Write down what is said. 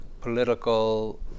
political